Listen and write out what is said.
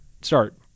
Start